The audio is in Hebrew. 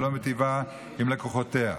שלא מיטיבה עם לקוחותיה.